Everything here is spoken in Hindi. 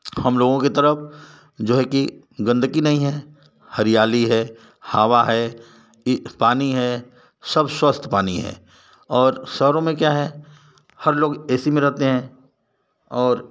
हम लोगों की तरफ़ जो है कि गंदगी नहीं है हरियाली है हवा है इ पानी है सब स्वस्थ पानी है और शहरों में क्या है हर लोग ए सी में रहते हैं और